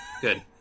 good